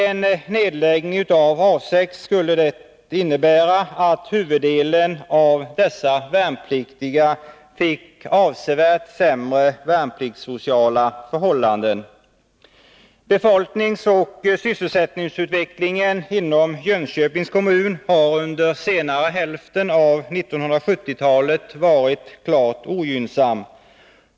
En nedläggning av A 6 skulle innebära att huvuddelen av dessa värnpliktiga fick avsevärt sämre värnpliktssociala förhållanden. Befolkningsoch sysselsättningsutvecklingen inom Jönköpings kommun har under senare hälften av 1970-talet varit klart ogynnsam.